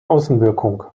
außenwirkung